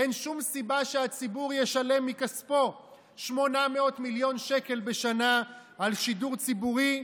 אין שום סיבה שהציבור ישלם מכספו 800 מיליון שקל בשנה על שידור ציבורי,